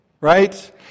right